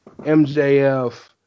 MJF